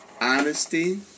honesty